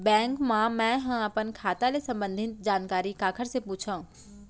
Bank मा मैं ह अपन खाता ले संबंधित जानकारी काखर से पूछव?